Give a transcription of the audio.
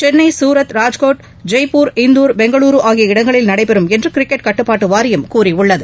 சென்னை சூரத் ராஜ்கோட் ஜெய்ப்பூர் இந்தூர் பெங்களூரு ஆகிய இடங்களில் நடைபெறும் என்று கிரிக்கெட் கட்டுப்பாட்டு வாரியம் கூறியுள்ளது